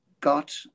got